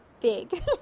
big